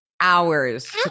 Hours